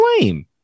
lame